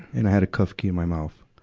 and i had a cuff key in my mouth,